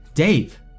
Dave